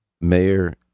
Mayor